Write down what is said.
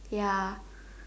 ya